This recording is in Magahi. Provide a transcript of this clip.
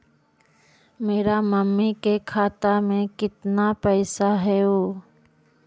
मेरा मामी के खाता में कितना पैसा हेउ?